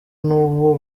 n’uwo